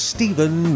Stephen